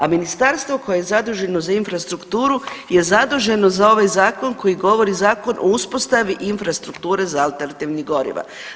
A ministarstvo koje je zaduženo za infrastrukturu je zaduženo za ovaj zakon koji govori Zakon o uspostavi infrastrukture za alternativna goriva.